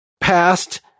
past